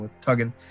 tugging